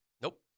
Nope